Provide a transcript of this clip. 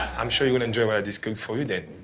i'm sure you will enjoy what i just cooked for you then.